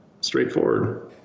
straightforward